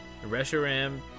Reshiram